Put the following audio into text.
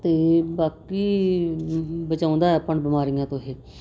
ਅਤੇ ਬਾਕੀ ਬਚਾਉਂਦਾ ਆਪਾਂ ਨੂੰ ਬਿਮਾਰੀਆਂ ਤੋਂ ਇਹ